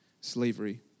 slavery